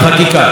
ובסוף,